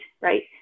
right